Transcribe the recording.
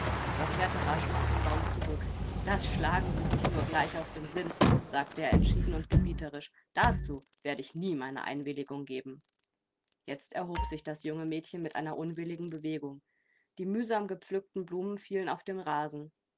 er kehrte rasch unter den baum zurück das schlagen sie sich nur gleich aus dem sinn sagte er entschieden und gebieterisch dazu werde ich nie meine einwilligung geben jetzt erhob sich das junge mädchen mit einer unwilligen bewegung die mühsam gepflückten blumen fielen auf den rasen